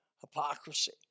hypocrisy